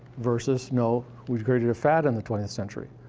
versus, no, we've created a fad in the twentieth century.